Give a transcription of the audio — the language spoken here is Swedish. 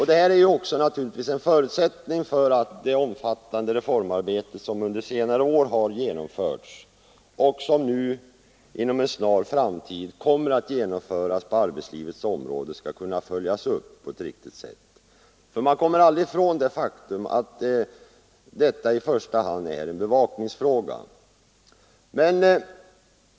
Det är naturligtvis också en förutsättning för att det omfattande reformarbete som under senare år genomförts och som inom en snar framtid kommer att genomföras på arbetslivets område skall kunna följas upp på ett riktigt sätt. Man kommer ju aldrig ifrån det faktum att detta i första hand är en bevakningsfråga.